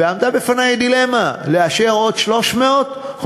ועמדה בפני דילמה: לאשר עוד 300 או